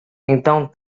então